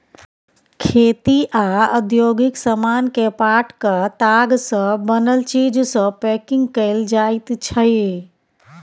खेती आ औद्योगिक समान केँ पाटक ताग सँ बनल चीज सँ पैंकिग कएल जाइत छै